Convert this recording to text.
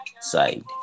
side